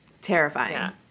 Terrifying